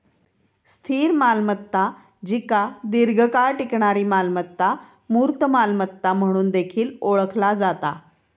स्थिर मालमत्ता जिका दीर्घकाळ टिकणारी मालमत्ता, मूर्त मालमत्ता म्हणून देखील ओळखला जाता